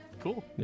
Cool